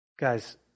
Guys